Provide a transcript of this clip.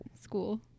school